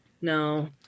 No